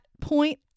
point